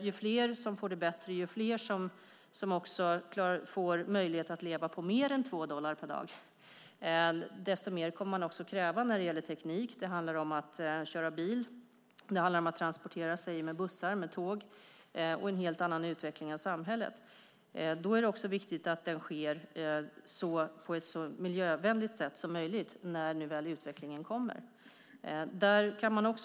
Ju fler som får det bättre och ju fler som får möjlighet att leva på mer än 2 dollar per dag, desto mer kommer att krävas när det gäller teknik. Det handlar då om att köra bil, om att transportera sig med bussar och tåg och om en helt annan utveckling av samhället. Det är viktigt att detta sker på ett så miljövänligt sätt som möjligt när denna utveckling väl kommer. Även där kan man lära.